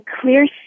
clear